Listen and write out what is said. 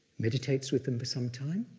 meditates with them for some time,